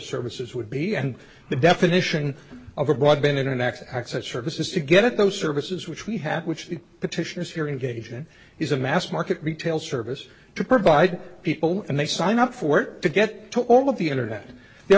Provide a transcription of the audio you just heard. services would be and the definition of a broadband internet access service is to get those services which we had which petitioners your engagement is a mass market retail service to provide people and they sign up for it to get to all of the internet there